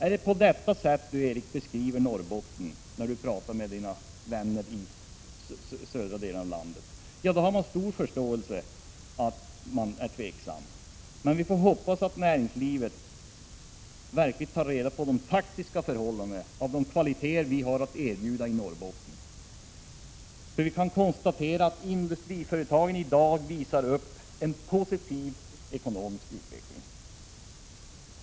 Om det är på detta sätt han beskriver Norrbotten när han talar med sina vänner i de södra delarna av landet har jag stor förståelse för att de är tveksamma. Jag hoppas att näringslivet tar reda på de faktiska förhållandena vad gäller de kvaliteter som Norrbotten har att erbjuda. Industriföretagen visar i dag en positiv ekonomisk utveckling.